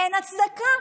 אין הצדקה.